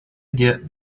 get